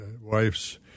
wife's